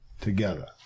together